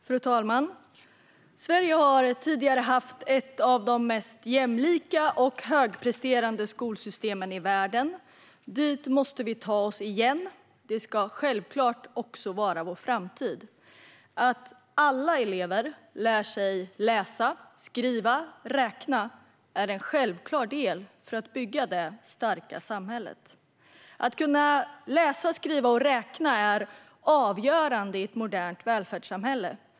Fru talman! Sverige har tidigare haft ett av de mest jämlika och högpresterande skolsystemen i världen. Dit måste vi ta oss igen. Det ska självklart också vara vår framtid. Att alla elever lär sig läsa, skriva och räkna är en självklar del för att bygga det starka samhället. Att kunna läsa, skriva och räkna är avgörande i ett modernt välfärdssamhälle.